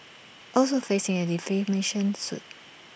also facing A defamation suit